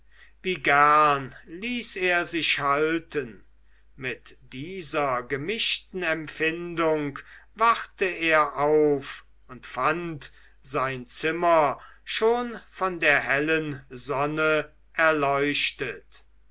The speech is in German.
wie gern ließ er sich halten mit dieser gemischten empfindung wachte er auf und fand sein zimmer schon von der hellen sonne erleuchtet